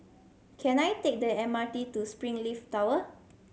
can I take the M R T to Springleaf Tower